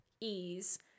ease